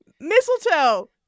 mistletoe